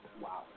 Wow